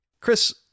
chris